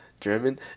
German